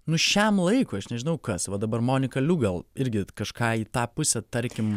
nu šiam laikui aš nežinau kas va dabar monika liu gal irgi kažką į tą pusę tarkim